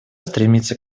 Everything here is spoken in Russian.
стремиться